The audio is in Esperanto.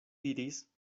diris